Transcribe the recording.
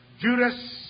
Judas